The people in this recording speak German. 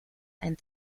einen